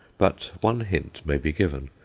but one hint may be given.